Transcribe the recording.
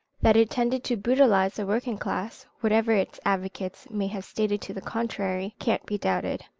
that it tended to brutalize the working classes, whatever its advocates may have stated to the contrary, cannot be doubted.